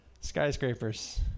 skyscrapers